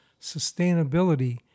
sustainability